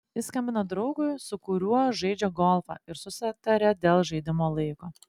jis skambino draugui su kuriuo žaidžia golfą ir susitarė dėl žaidimo laiko